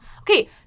Okay